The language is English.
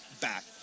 back